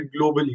globally